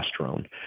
testosterone